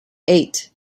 eight